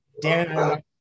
Dan